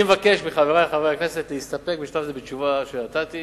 אני מבקש מחברי חברי הכנסת להסתפק בשלב זה בתשובה שנתתי